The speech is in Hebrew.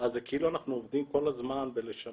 אז זה כאילו אנחנו עובדים כל הזמן בלשמר